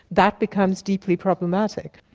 that becomes deeply problematic.